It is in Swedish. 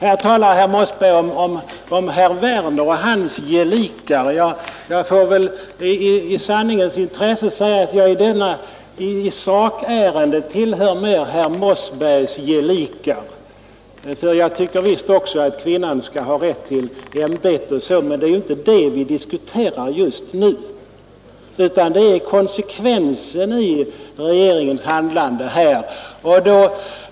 Här talade herr Mossberg om ”herr Werner och hans gelikar”. Jag får väl i sanningens intresse säga att jag i sakärendet mer tillhör herr Mossbergs gelikar. Jag tycker visst att kvinnan skall ha rätt till ämbetet, men det är inte det vi diskuterar just nu utan konsekvensen i regeringens handlande.